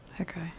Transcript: Okay